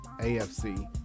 AFC